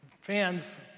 fans